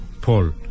Paul